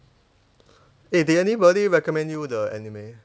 eh did anybody recommend you the anime